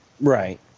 Right